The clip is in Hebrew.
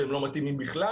שהם לא מתאימים בכלל